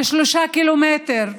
קילומטרים,